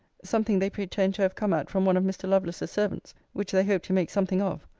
something they pretend to have come at from one of mr. lovelace's servants, which they hope to make something of.